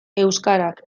euskarak